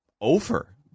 over